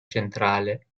centrale